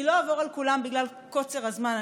אני לא אעבור על כולן בגלל קוצר הזמן,